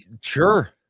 Sure